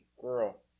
girl